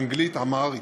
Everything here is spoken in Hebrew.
אנגלית ואמהרית,